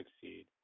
succeed